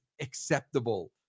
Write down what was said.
acceptable